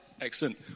Excellent